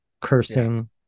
cursing